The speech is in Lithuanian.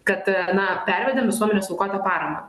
kad na pervedėm visuomenės aukotą paramą